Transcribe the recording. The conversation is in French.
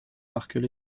marquent